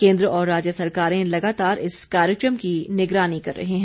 केंद्र और राज्य सरकारें लगातार इस कार्यक्रम की निगरानी कर रहे हैं